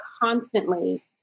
constantly